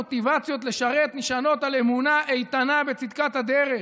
המוטיבציות לשרת נשענות על אמונה איתנה בצדקת הדרך,